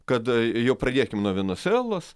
kad jau pradėkim nuo venesuelos